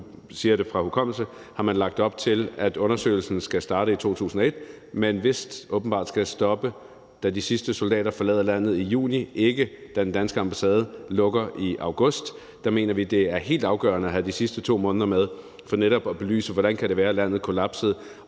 siger jeg det fra hukommelsen, lagt op til, at undersøgelsen skal starte i 2001, men vist åbenbart skal stoppe, da de sidste soldater forlader landet i juni, og ikke da den danske ambassade lukker i august. Der mener vi, at det er helt afgørende at have de sidste 2 måneder med for netop at belyse, hvordan det kan være, landet kollapsede,